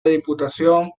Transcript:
diputación